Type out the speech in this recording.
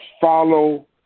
Follow